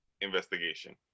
investigation